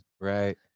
Right